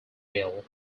mill